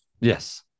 Yes